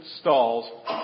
stalls